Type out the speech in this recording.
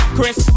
Chris